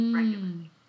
regularly